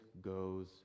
goes